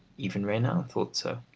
even renan thought so.